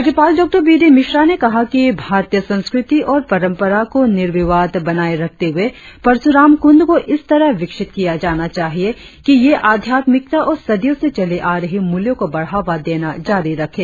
राज्यपाल डॉ B D Mishra ने कहा कि भारतीय संस्कृति और परंपरा को निर्विवाद बनाए रखते हुए परसुराम कुंड को इस तरह विकसित किया जाना चाहिए कि यह आध्यात्मिकता और सदियों से चली आ रही मूल्यों को बढ़ावा देना जारी रखे